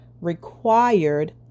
required